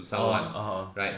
oh oh oh